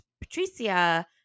Patricia